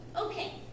Okay